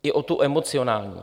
I o tu emocionální.